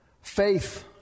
faith